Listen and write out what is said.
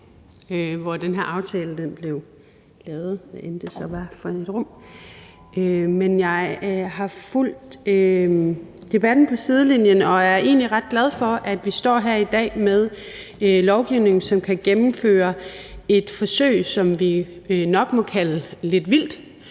hvor den her aftale blev lavet, hvad end det så var for et rum, men jeg har fulgt debatten på sidelinjen og er egentlig ret glad for, at vi står her i dag med lovgivning, som kan gennemføre et forsøg, som vi nok må kalde lidt vildt,